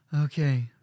Okay